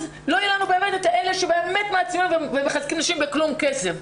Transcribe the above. אז לא יהיה לנו את אלה שבאמת מעצימים ומחזקים נשים בלי כסף.